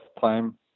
time